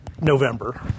November